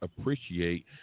appreciate